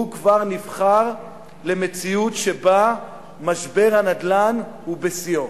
הוא כבר נבחר למציאות שבה משבר הנדל"ן הוא בשיאו.